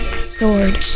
sword